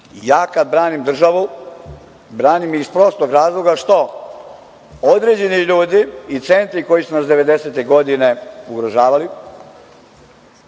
ja kada branim državu branim iz prostog razloga što određeni ljudi i centri koji su nas devedesetih godina ugrožavali